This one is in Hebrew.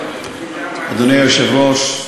אדוני היושב-ראש,